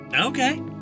Okay